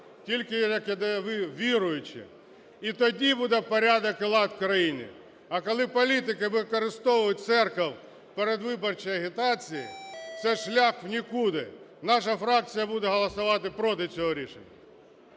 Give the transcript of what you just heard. тільки як віруючі. І тоді буде порядок і лад в країні. А коли політики використовують церкву в передвиборчій агітації – це шлях в нікуди. Наша фракція буде голосувати проти цього рішення.